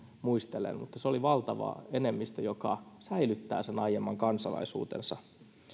muistelen mutta se oli valtava enemmistö joka säilyttää sen aiemman kansalaisuutensa